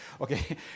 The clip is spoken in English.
Okay